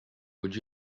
would